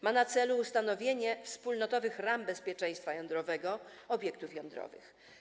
Ma ona na celu ustanowienie wspólnotowych ram bezpieczeństwa jądrowego obiektów jądrowych.